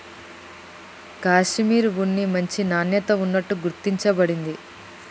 కాషిమిర్ ఉన్ని మంచి నాణ్యత ఉన్నట్టు గుర్తించ బడింది